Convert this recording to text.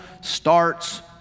starts